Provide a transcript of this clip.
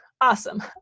awesome